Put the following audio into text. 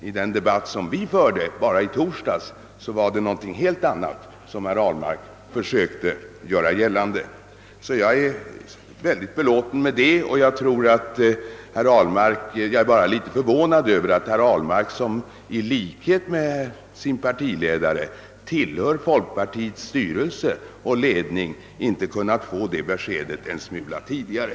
I den debatt som vi förde i torsdags försökte herr Ahlmark göra gällande att en helt annan ståndpunkt skulle föreligga. Jag är mycket belåten med beskedet, och jag är bara något förvånad över att herr Ahlmark som i likhet med sin partiledare tillhör folkpartiets styrelse inte kunnat få detta besked en smula tidigare.